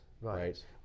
Right